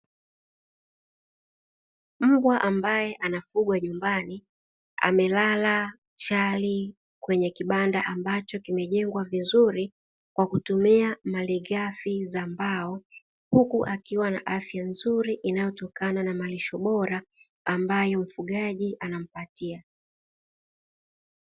Mbwa ambaye anafugwa nyumbani amelala chali kwenye kibanda ambacho kimejengwa vizuri kwa kutumia malighafi za mbao, huku akiwa na afya nzuri inayotokana na malisho bora ambayo mfugaji anampatia.